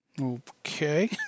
Okay